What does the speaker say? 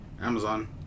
Amazon